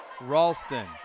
Ralston